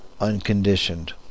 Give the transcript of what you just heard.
unconditioned